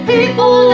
People